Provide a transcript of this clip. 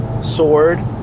sword